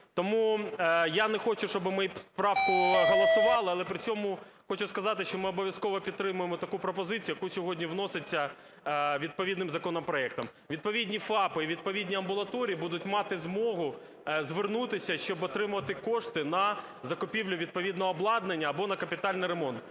Тому я не хочу, щоб мою правку голосували, але при цьому хочу сказати, що ми обов'язково підтримуємо таку пропозицію, яка сьогодні вноситься відповідним законопроектом. Відповідні ФАПи і відповідні амбулаторії будуть мати змогу звернутися, щоб отримувати кошти на закупівлю відповідного обладнання або на капітальний ремонт.